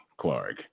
Clark